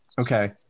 Okay